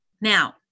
Now